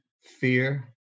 fear